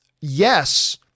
yes